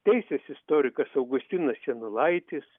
teisės istorikas augustinas janulaitis